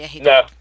No